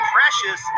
Precious